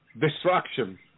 Destruction